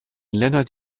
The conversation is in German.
lennart